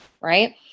right